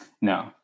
No